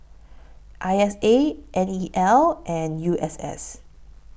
I S A N E L and U S S